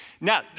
Now